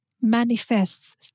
manifests